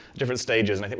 different stages. and